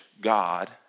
God